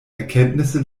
erkenntnisse